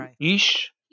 ish